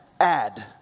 add